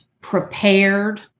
prepared